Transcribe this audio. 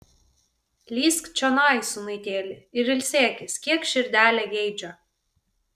lįsk čionai sūnaitėli ir ilsėkis kiek širdelė geidžia